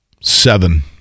seven